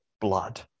blood